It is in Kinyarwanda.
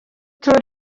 tours